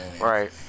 Right